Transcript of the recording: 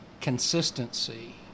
consistency